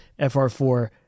FR4